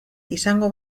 izango